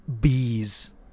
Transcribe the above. Bees